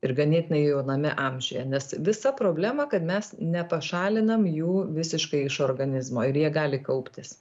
ir ganėtinai jauname amžiuje nes visa problema kad mes nepašalinam jų visiškai iš organizmo ir jie gali kauptis